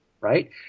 Right